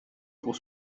pour